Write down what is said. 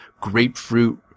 grapefruit